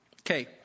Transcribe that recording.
Okay